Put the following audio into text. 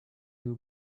you